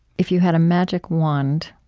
if you had a magic wand,